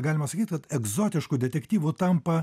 galima sakyt kad egzotišku detektyvu tampa